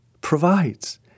provides